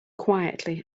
quietly